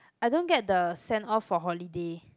I don't get the send off for holiday